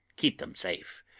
keep them safe,